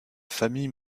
famille